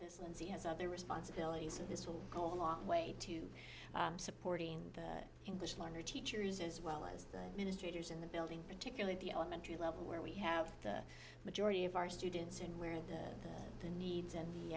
this lindsay has other responsibilities and this will go a long way to supporting the english learner teachers as well as the ministers in the building particularly the elementary level where we have the majority of our students and we're in the needs and